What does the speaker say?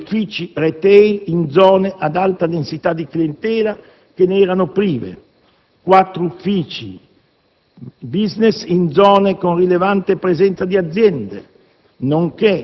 6 uffici *retail* in zone ad alta densità di clientela che ne erano prive, 4 uffici *business* in zone con rilevante presenza di aziende,